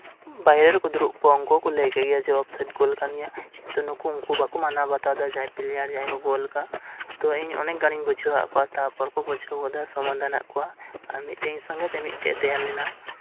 ᱵᱟᱨᱦᱮ ᱨᱮᱠᱚ ᱫᱩᱲᱩᱵ ᱠᱚᱜᱼᱟ ᱩᱱᱠᱩ ᱠᱚ ᱞᱟᱹᱭᱠᱮᱫ ᱜᱮᱭᱟ ᱡᱮ ᱚᱯᱥᱟᱭᱤᱴ ᱜᱳᱞ ᱟᱠᱟᱱ ᱜᱮᱭᱟ ᱠᱤᱱᱛᱩ ᱩᱱᱠᱩ ᱩᱱᱠᱩ ᱵᱟᱠᱚ ᱢᱟᱱᱟᱣ ᱵᱟᱛᱟᱣᱮᱫᱟ ᱡᱮ ᱡᱟᱦᱟᱭ ᱯᱞᱮᱭᱟᱨ ᱡᱟᱦᱟᱭᱠᱚ ᱜᱳᱞ ᱟᱠᱟᱫ ᱛᱚ ᱤᱧ ᱚᱱᱮᱠ ᱜᱟᱱ ᱤᱧ ᱵᱩᱡᱷᱟᱹᱣᱟᱫ ᱠᱚᱣᱟ ᱛᱟᱨᱯᱚᱨ ᱠᱚ ᱵᱩᱡᱷᱟᱹᱣ ᱠᱮᱫᱟ ᱥᱚᱢᱟᱫᱷᱟᱱᱟᱜ ᱠᱚᱣᱟ ᱟᱨ ᱢᱤᱫᱴᱮᱱ ᱤᱧ ᱥᱚᱸᱜᱮᱛᱮ ᱢᱤᱫᱴᱮᱱ ᱮ ᱛᱟᱦᱮᱸᱞᱮᱱᱟ